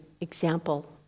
example